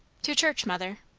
to church, mother.